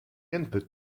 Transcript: input